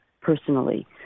personally